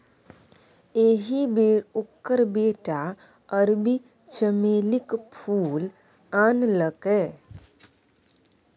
एहि बेर ओकर बेटा अरबी चमेलीक फूल आनलकै